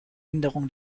änderung